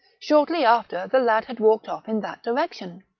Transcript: shortly after the lad had walked off in that direction.